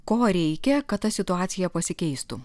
ko reikia kad ta situacija pasikeistų